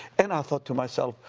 and i thought to myself,